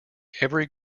every